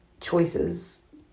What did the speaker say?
choices